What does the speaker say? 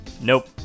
Nope